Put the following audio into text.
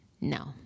No